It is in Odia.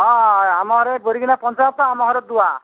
ହଁ ହଁ ଆମ ଘର ବୋରିକିନା ପଞ୍ଚାୟତ ଆମ ଘରେ ଦୁଆ